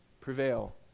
prevail